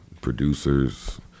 producers